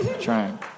trying